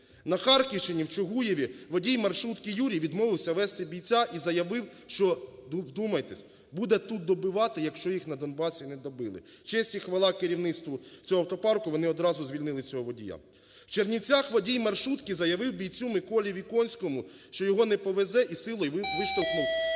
На Харківщині в Чугуєві водій маршрутки Юрій відмовився везти бійця і заявив, що, вдумайтесь, буде тут добивати, якщо їх на Донбасі не добили. Честь і хвала керівництву цього автопарку: вони одразу звільнили цього водія. В Чернівцях водій маршрутки заявив бійцю Миколі Віконському, що його не повезе, і силою виштовхнув